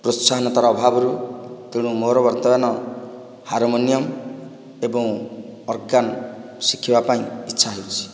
ପ୍ରୋତ୍ସାହନର ଅଭାବରୁ ତେଣୁ ମୋର ବର୍ତ୍ତମାନ ହାରମୋନିୟମ୍ ଏବଂ ଅର୍ଗାନ୍ ଶିଖିବା ପାଇଁ ଇଚ୍ଛା ହେଉଛି